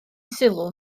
sylw